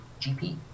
GP